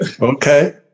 Okay